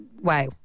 wow